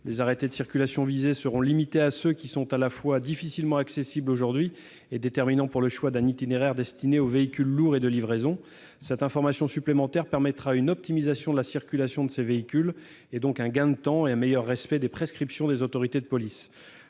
arrêtés de circulation qui, aujourd'hui, sont à la fois difficilement accessibles et déterminants pour le choix d'un itinéraire destiné aux véhicules lourds et de livraison. Cette information supplémentaire permettra d'optimiser la circulation de ces véhicules. En résulteront un gain de temps et un meilleur respect des prescriptions des autorités de police.